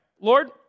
Lord